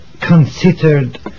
considered